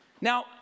Now